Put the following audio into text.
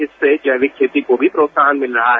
इससे जैविक खेती को भी प्रोत्साहन भिल रहा है